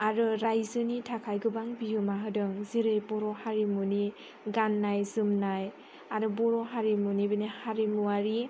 आरो रायजोनि थाखाय गोबां बिहोमा होदों जेरै बर' हारिमुनि गाननाय जोमनाय आरो बर' हारिमुनि बिदिनो हारिमुआरि